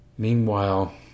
Meanwhile